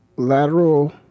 Lateral